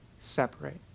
separate